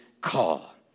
call